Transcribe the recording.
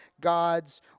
God's